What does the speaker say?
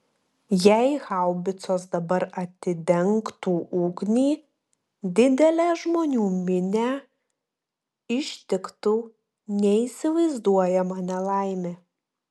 jei haubicos dabar atidengtų ugnį didelę žmonių minią ištiktų neįsivaizduojama nelaimė